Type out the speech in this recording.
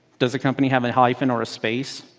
does a company have a hyphen or a space?